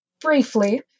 Briefly